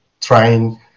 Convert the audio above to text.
trying